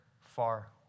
far